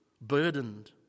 burdened